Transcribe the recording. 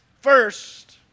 first